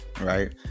right